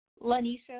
Lanisha